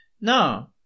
No